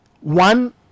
one